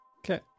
Okay